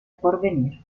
porvenir